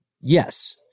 Yes